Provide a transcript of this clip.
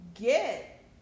get